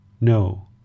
No